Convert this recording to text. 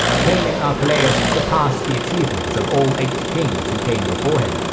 claiming archelaeus surpassed the achievements of all eight kings who came before him.